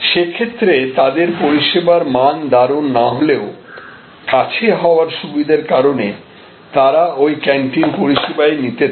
সে ক্ষেত্রে তাদের পরিষেবার মান দারুন না হলেও কাছে হওয়ার সুবিধার কারণে তারা ঐ ক্যান্টিন পরিষেবাই নিতে থাকে